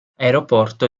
aeroporto